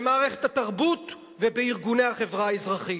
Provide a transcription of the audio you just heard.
במערכת התרבות ובארגוני החברה האזרחית.